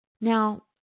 Now